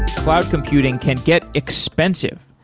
cloud computing can get expensive.